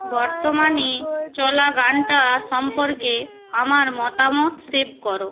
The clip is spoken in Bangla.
বর্তমানে চলা গানটা সম্পর্কে আমার মতামত সেভ কর